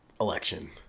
election